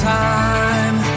time